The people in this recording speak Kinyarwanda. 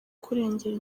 kurengera